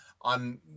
on